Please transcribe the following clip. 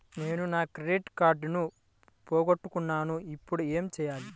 నేను నా క్రెడిట్ కార్డును పోగొట్టుకున్నాను ఇపుడు ఏం చేయాలి?